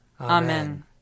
Amen